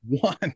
One